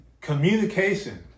communication